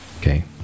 okay